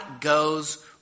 goes